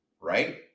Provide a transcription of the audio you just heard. right